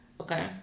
Okay